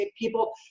People